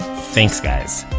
thanks guys!